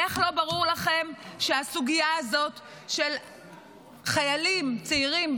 איך לא ברור לכם שבסוגיה הזאת של חיילים צעירים,